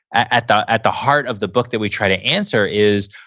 at the at the heart of the book that we try to answer is,